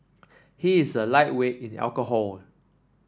he is a lightweight in alcohol